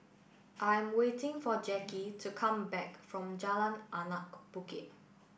I'm waiting for Jacki to come back from Jalan Anak Bukit